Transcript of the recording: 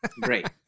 Great